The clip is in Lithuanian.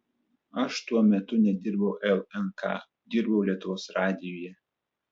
aš tuo metu nedirbau lnk dirbau lietuvos radijuje